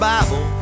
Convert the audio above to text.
Bible